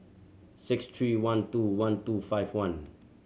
six three one two one two five one